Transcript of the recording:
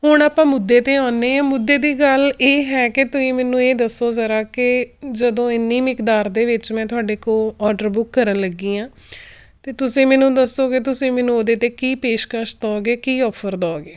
ਹੁਣ ਆਪਾਂ ਮੁੱਦੇ 'ਤੇ ਆਉਂਦੇ ਹਾਂ ਮੁੱਦੇ ਦੀ ਗੱਲ ਇਹ ਹੈ ਕਿ ਤੁਸੀਂ ਮੈਨੂੰ ਇਹ ਦੱਸੋ ਜ਼ਰਾ ਕਿ ਜਦੋਂ ਇੰਨੀ ਮਿਕਦਾਰ ਦੇ ਵਿੱਚ ਮੈਂ ਤੁਹਾਡੇ ਕੋਲ ਔਡਰ ਬੁੱਕ ਕਰਨ ਲੱਗੀ ਹਾਂ ਅਤੇ ਤੁਸੀਂ ਮੈਨੂੰ ਦੱਸੋ ਕਿ ਤੁਸੀਂ ਮੈਨੂੰ ਉਹਦੇ 'ਤੇ ਕੀ ਪੇਸ਼ਕਸ਼ ਦੇਵੋਗੇ ਕੀ ਔਫਰ ਦੇਵੋਗੇ